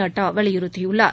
நட்டா வலியுறுத்தியுள்ளார்